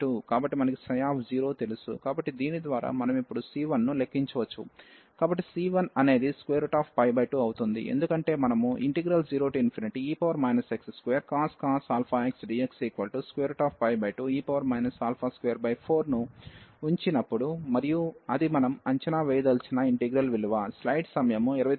కాబట్టి మనకు 0 తెలుసు కాబట్టి దీని ద్వారా మనం ఇప్పుడు c1 ను లెక్కించవచ్చు కాబట్టి c1 అనేది 2 అవుతుంది ఎందుకంటే మనము 0e x2cos αx dx2e 24 ను ఉంచినప్పుడు మరియు అది మనం అంచనా వేయదలిచిన ఇంటిగ్రల్ విలువ